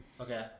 Okay